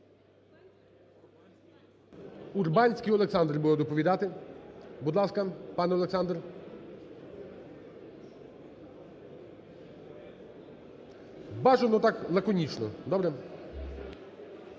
Урбанський Олександр буде доповідати? Будь ласка, пане Олександр. Бажано так лаконічно, добре?